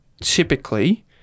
typically